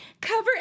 cover